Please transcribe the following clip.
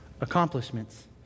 Accomplishments